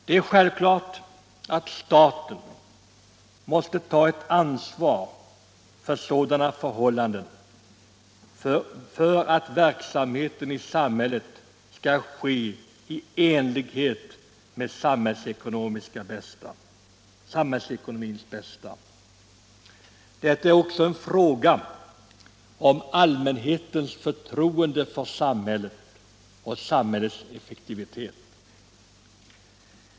Det är självklart att staten måste ta ett ansvar för sådana förhållanden för att verksamheten i samhället skall bedrivas till samhällsekonomins bästa. Detta är också en fråga om allmänhetens förtroende för samhället och dess effektivitet.